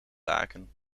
laken